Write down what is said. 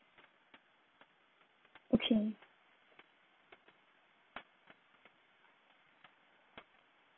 okay